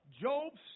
Job's